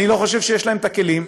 אני לא חושב יש להם כלים,